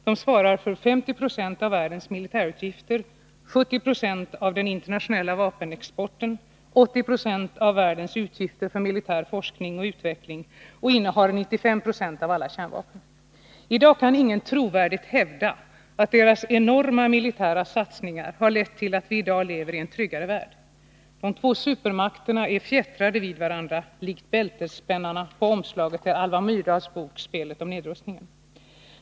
De svarar för 50 20 av världens militärutgifter, 70 20 av den internationella vapenexporten, 80 20 av världens utgifter för militär forskning och utveckling och innehar 95 96 av alla kärnvapen. I dag kan ingen trovärdigt hävda att dessa enorma militära satsningar har lett till att vi lever i en tryggare värld. De två supermakterna är fjättrade vid varandra likt ”bältesspännarna” på omslaget till Alva Myrdals bok Spelet om nedrustningen.